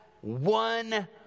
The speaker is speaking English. one